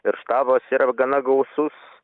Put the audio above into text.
ir štabas yra gana gausus